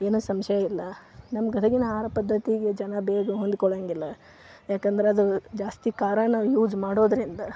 ಏನೂ ಸಂಶಯ ಇಲ್ಲ ನಮ್ಮ ಗದಗಿನ ಆಹಾರ ಪದ್ದತಿಗೆ ಜನ ಬೇಗ ಹೊಂದ್ಕೋಳೋಂಗಿಲ್ಲ ಯಾಕಂದರೆ ಅದು ಜಾಸ್ತಿ ಖಾರ ನಾವು ಯೂಸ್ ಮಾಡೋದರಿಂದ